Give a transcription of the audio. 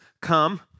come